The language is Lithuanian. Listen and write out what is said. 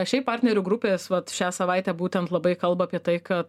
šiaip partnerių grupės vat šią savaitę būtent labai kalba apie tai kad